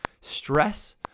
stress